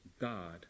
God